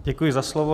Děkuji za slovo.